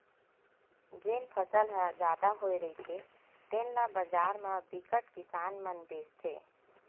जेन फसल ह जादा होए रहिथे तेन ल बजार म बिकट किसान मन बेचथे